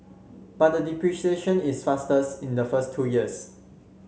but the depreciation is fastest in the first two years